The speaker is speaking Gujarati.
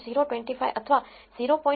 025 અથવા 0